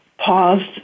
Paused